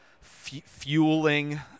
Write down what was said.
fueling